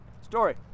story